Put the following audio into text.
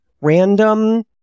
random